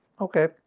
Okay